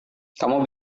kamu